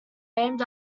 named